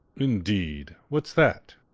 indeed! what's that?